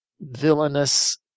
villainous